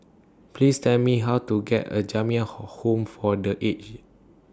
Please Tell Me How to get A Jamiyah Home For The Aged